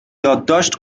یادداشت